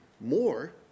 more